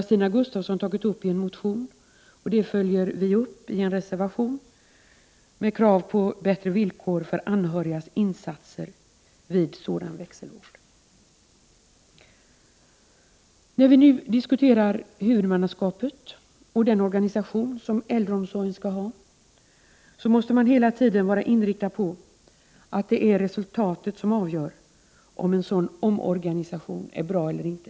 Stina Gustavsson har tagit upp detta i en motion, och vi följer upp det i en reservation med krav på bättre villkor för anhörigas insatser vid sådan växelvård. I diskussionen om huvudmannaskapet och den organisation som äldreomsorgen skall ha måste vi hela tiden vara inriktade på att det är resultatet som avgör om en sådan omorganisation är bra eller inte.